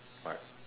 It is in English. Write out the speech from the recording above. what